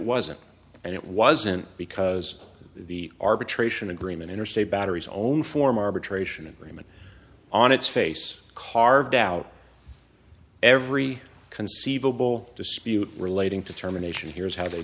wasn't and it wasn't because the arbitration agreement interstate battery's own form arbitration agreement on its face carved out every conceivable dispute relating to terminations here's how they